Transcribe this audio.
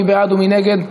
מי בעד ומי נגד?